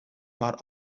bought